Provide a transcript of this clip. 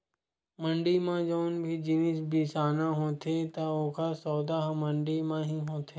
मंड़ी म जउन भी जिनिस बिसाना होथे त ओकर सौदा ह मंडी म ही होथे